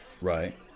Right